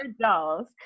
dolls